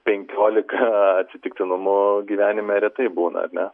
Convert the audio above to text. penkiolika atsitiktinumų gyvenime retai būna ar ne